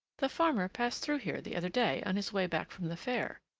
the farmer passed through here the other day on his way back from the fair.